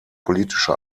politische